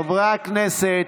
חברי הכנסת,